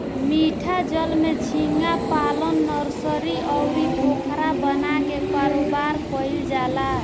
मीठा जल में झींगा पालन नर्सरी, अउरी पोखरा बना के कारोबार कईल जाला